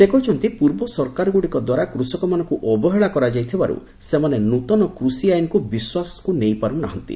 ସେ କହିଛନ୍ତି ପୂର୍ବ ସରକାରଗୁଡ଼ିକ ଦ୍ୱାରା କୃଷକମାନଙ୍କୁ ଅବହେଳା କରାଯାଇଥିବାରୁ ସେମାନେ ନୂଆ କୃଷି ଆଇନ୍କୁ ବିଶ୍ୱାସକୁ ନେଇପାରୁ ନାହାନ୍ତି